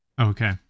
okay